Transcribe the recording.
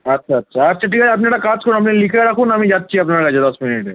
আচ্ছা আচ্ছা আচ্ছা ঠিক আছে আপনি একটা কাজ করুন আপনি লিখে রাখুন আমি যাচ্ছি আপনার কাছে দশ মিনিটে